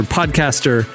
podcaster